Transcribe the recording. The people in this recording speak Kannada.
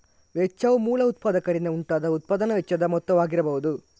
ವೆಚ್ಚವು ಮೂಲ ಉತ್ಪಾದಕರಿಂದ ಉಂಟಾದ ಉತ್ಪಾದನಾ ವೆಚ್ಚದ ಮೊತ್ತವಾಗಿರಬಹುದು